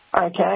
Okay